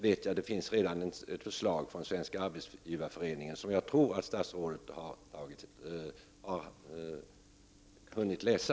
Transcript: Det finns redan ett förslag från Svenska arbetsgivareföreningen som jag tror att statsrådet har hunnit läsa.